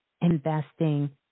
investing